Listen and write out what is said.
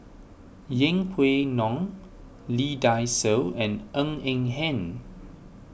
Yeng Pway Ngon Lee Dai Soh and Ng Eng Hen